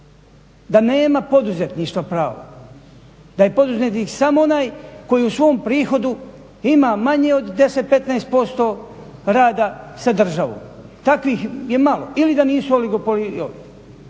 Da nema poduzetništva pravog, da je poduzetnik samo onaj koji u svom prihodu ima manje od 10, 15% rada sa državom. Takvih je malo. Ili da nisu oligopoli i